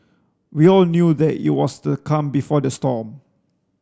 we all knew that it was the calm before the storm